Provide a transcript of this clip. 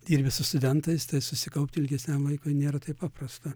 dirbi su studentais tai susikaupti ilgesniam laikui nėra taip paprasta